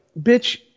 bitch